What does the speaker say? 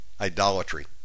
idolatry